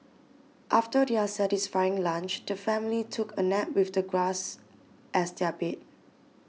after their satisfying lunch the family took a nap with the grass as their bed